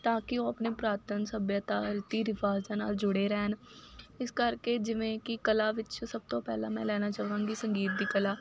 ਤਾਂ ਕਿ ਉਹ ਆਪਣੇ ਪੁਰਾਤਨ ਸਭਿਅਤਾ ਰੀਤੀ ਰਿਵਾਜਾਂ ਨਾਲ ਜੁੜੇ ਰਹਿਣ ਇਸ ਕਰਕੇ ਜਿਵੇਂ ਕਿ ਕਲਾ ਵਿੱਚ ਸਭ ਤੋਂ ਪਹਿਲਾਂ ਮੈਂ ਲੈਣਾ ਚਾਵਾਂਗੀ ਸੰਗੀਤ ਦੀ ਕਲਾ